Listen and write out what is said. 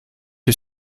are